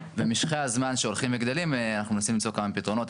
ומשכי הזמן שהולכים וגדלים אנחנו מנסים למצוא כמה פתרונות,